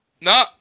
no